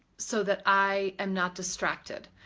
so that i am not distracted.